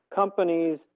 companies